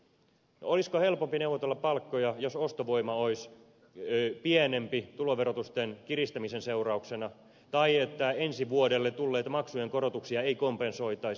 olisiko helpompi neuvotella palkkoja jos ostovoima olisi pienempi tuloverotuksen kiristämisen seurauksena tai ensi vuodelle tulleita maksujen korotuksia ei kompensoitaisi